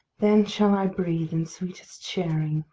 then shall i breathe in sweetest sharing,